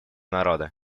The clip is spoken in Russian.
народа